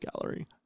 Gallery